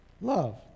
love